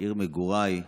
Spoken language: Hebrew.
עיר מגוריי,